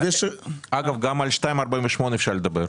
אגב גם על 2.48% אפשר לדבר,